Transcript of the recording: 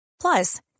Plus